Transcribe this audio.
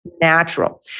natural